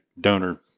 donor